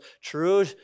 true